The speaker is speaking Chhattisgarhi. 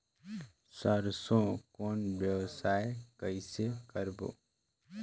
सरसो कौन व्यवसाय कइसे करबो?